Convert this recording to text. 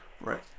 Right